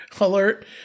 alert